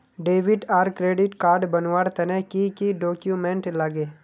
Debit आर credit card बनवार तने की की डॉक्यूमेंट लागे?